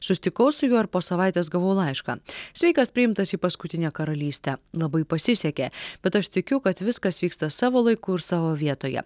susitikau su juo ir po savaitės gavau laišką sveikas priimtas į paskutinę karalystę labai pasisekė bet aš tikiu kad viskas vyksta savo laiku ir savo vietoje